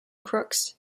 crooks